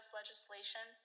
legislation